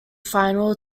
final